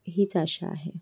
हीच आशा आहे